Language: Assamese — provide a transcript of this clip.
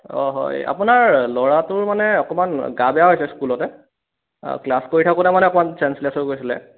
অঁ হয় আপোনাৰ ল'ৰাটোৰ মানে অকণমান গা বেয়া হৈছে স্কুলতে ক্লাছ কৰি থাকোতে মানে অকণমান চেন্সলেছ হৈ গৈছিলে